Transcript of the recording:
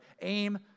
Aim